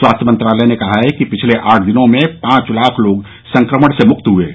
स्वास्थ्य मंत्रालय ने कहा है कि पिछले आठ दिनों में पांच लाख लोग संक्रमण से मुक्त हुए हैं